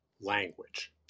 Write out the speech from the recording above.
language